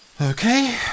Okay